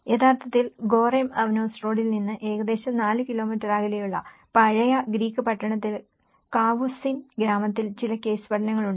യഥാർത്ഥത്തിൽ Goreme Avanos റോഡിൽ നിന്ന് ഏകദേശം 4 കിലോമീറ്റർ അകലെയുള്ള പഴയ ഗ്രീക്ക് പട്ടണത്തിലെ കാവുസിൻ ഗ്രാമത്തിൽ ചില കേസ് പഠനങ്ങളുണ്ട്